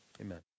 amen